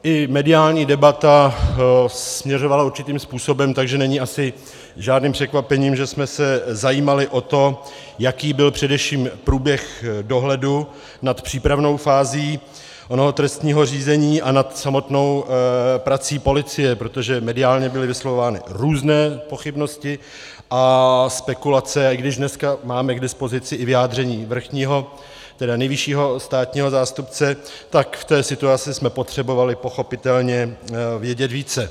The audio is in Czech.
I mediální debata směřovala určitým způsobem, takže není asi žádným překvapením, že jsme se zajímali o to, jaký byl především průběh dohledu nad přípravnou fází onoho trestního řízení a nad samotnou prací policie, protože mediálně byly vyslovovány různé pochybnosti a spekulace, i když dneska máme k dispozici i vyjádření nejvyššího státního zástupce, tak v té situaci jsme potřebovali pochopitelně vědět více.